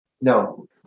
No